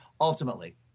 ultimately